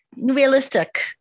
realistic